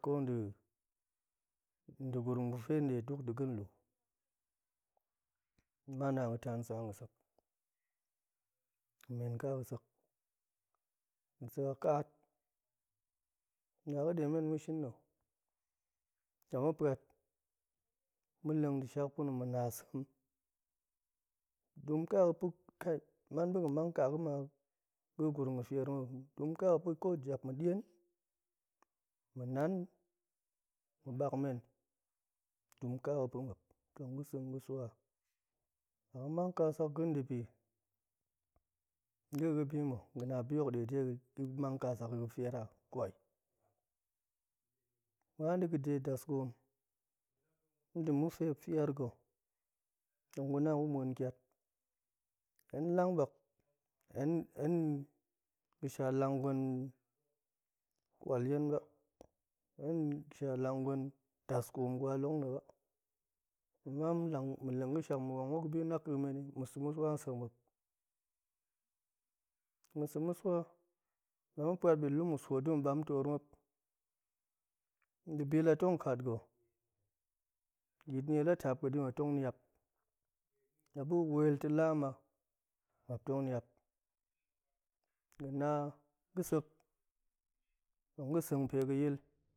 Ko degurum ga̱ de duk dega̱ lu ama naan ga̱ tan sa ga̱sek memen ka ga̱sek ga̱sek a kaat na ga̱demen tong ma̱ shin na̱ la ma̱ pa̱t ma̱lang de shak pa̱no ma̱ na sem dum kaga̱ ga̱ pa̱ pe man ga̱ga̱ mang ka ga̱ ma gurum g̱a̱ feir mou dum ka ga̱ pa̱ jap ma̱ dien, ma̱ nan, ma̱ ɓak men dum kaga̱ ga̱ pa̱ma̱p tong ga̱ sa̱ ga̱ swa la ga̱mang kasak ga̱ debi ga̱ a ga̱ bi ma̱, ga̱ na bihok de dega̱ ga̱ mang kasak fofeira kwai muan de ga̱de daskoom dema̱ ga̱fe ma̱p feir ga̱ tong ga̱na gu muan kiat hen lang bak hen hen hen ga̱sha lang gwen kwalyen ba hen ga̱ sha lang gwen daskoom ngwa long na̱ ba ama ma̱ leng ga̱ shak ma̱ mang ma̱p ga̱bi naƙemeni ma̱ sa̱ ma̱ swa sek ma̱p, ma̱ sa̱ ma̱ swa la ma̱ pa̱t bitlung ma̱ swo dema̱ bam toor ma̱p dibi la tong katga̱ yitnie la tap ga̱ ɗi ma̱p tong niap la ɓa̱ wel tilaa ma ma̱p tong niap ga̱ na ga̱sek tong ga̱ sengpe ga̱yil,